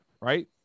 right